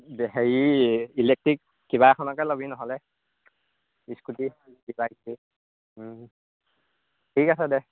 এতিয়া হেৰি ইলেক্ট্ৰিক কিবা এখনকৈ ল'বি নহ'লে ইস্কুটি কিবা ঠিক আছে দে